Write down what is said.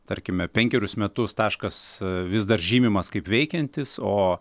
tarkime penkerius metus taškas vis dar žymimas kaip veikiantis o